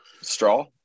Straw